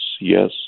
yes